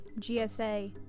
GSA